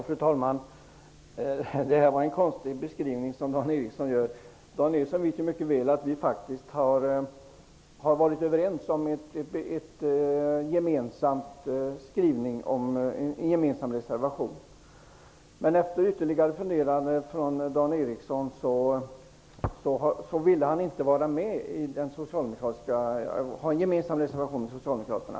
Fru talman! Dan Eriksson i Stockholm hade en konstig beskrivning. Han vet mycket väl att vi faktiskt har varit överens om en gemensam reservation. Men efter ytterligare funderande från Dan Erikssons sida ville han inte längre ha en gemensam reservation med Socialdemokraterna.